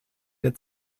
der